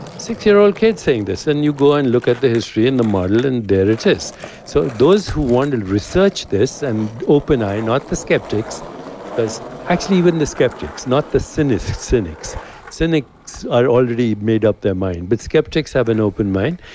six year old kid saying this and you go and look at the history in the model and there it is so those who want to research this and open eye, not the skeptics because, actually, even the skeptics not the cynics. cynics cynics are already made up their mind, but skeptics have an open mind.